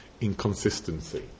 inconsistency